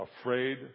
afraid